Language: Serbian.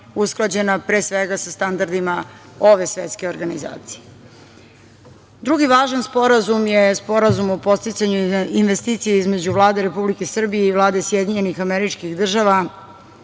usklađena pre svega sa standardima ove svetske organizacije. Drugi važan sporazum je Sporazum o podsticanju investicija između Vlade Republike Srbije i Vlade SAD i ovo jeste novi